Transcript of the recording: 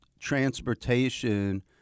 transportation